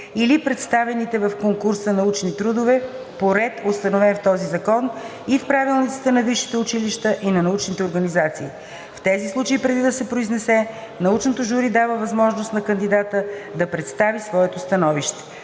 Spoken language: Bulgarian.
или представените в конкурса научни трудове по ред, установен в този закон и в правилниците на висшите училища и на научните организации. В тези случаи, преди да се произнесе, научното жури дава възможност на кандидата да представи своето становище.“;